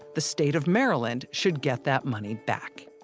the state of maryland should get that money back